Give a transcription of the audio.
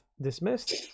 dismissed